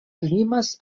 limas